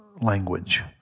language